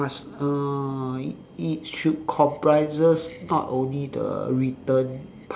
must uh it it should comprises not only the written